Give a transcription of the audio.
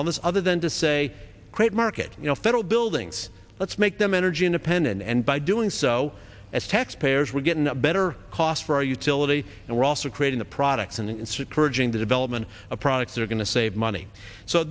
n this other than to say create market you know federal buildings let's make them energy independent and by doing so as taxpayers we're getting a better cost for our utility and we're also creating the products and instead purging the development of products that are going to save money so